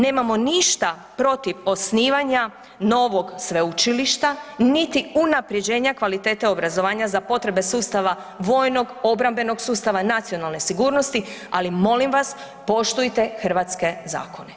Nemamo ništa protiv osnivanja novog sveučilišta niti unaprjeđenja kvalitete obrazovanja za potrebe sustava vojnog obrambenog sustava, nacionalne sigurnosti, ali molim vas, poštujte hrvatske zakone.